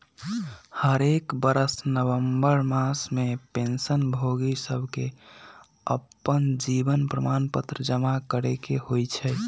हरेक बरस नवंबर मास में पेंशन भोगि सभके अप्पन जीवन प्रमाण पत्र जमा करेके होइ छइ